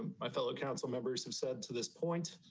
my fellow council members have said to this point.